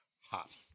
hot